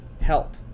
help